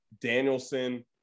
Danielson